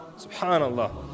subhanallah